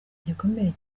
gikomeye